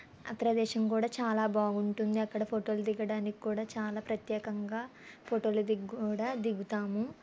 ఆ ప్రదేశం కూడా చాలా బాగుంటుంది అక్కడ ఫొటోలు దిగడానికి కూడా చాలా ప్రత్యేకంగా ఫోటోలు దిగు కూడా దిగుతాము